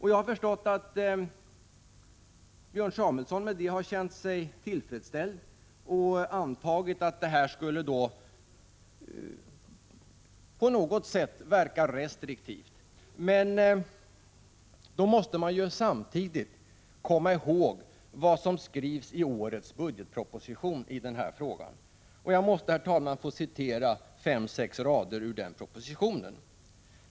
Jag har förstått att Björn Samuelson känt sig tillfredsställd med det och antagit att detta på något sätt skulle verka restriktivt. Men man måste då samtidigt komma ihåg vad som skrivs i årets budgetproposition i denna fråga. Jag måste, herr talman, få citera fem sex rader ur budgetpropositionen.